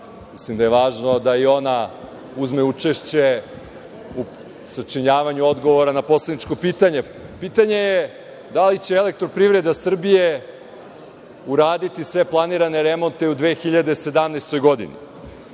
Mislim da je važno da i ona uzme učešće u sačinjavanju odgovora na poslaničko pitanje. Pitanje je da li će Elektroprivreda Srbije uraditi sve planirane remonte u 2017. godini?